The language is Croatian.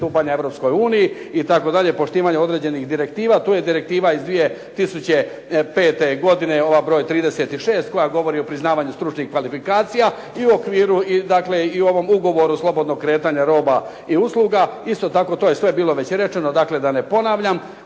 pristupanja Europskoj uniji, i poštivanje nekih direktiva, to je direktiva iz 2005. godine, ova broj 36 koja govori o priznavanju stručnih kvalifikacija, i u okviru i dakle ovom ugovoru slobodnog kretanja roba i usluga. Isto tako to je bilo već rečeno, da ne ponavljam,